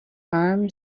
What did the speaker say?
arm